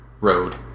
road